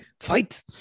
fight